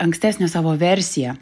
ankstesnę savo versiją